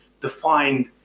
defined